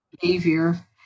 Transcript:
behavior